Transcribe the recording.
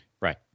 Right